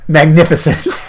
magnificent